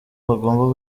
bagomba